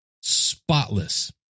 spotless